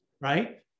right